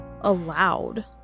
allowed